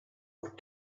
what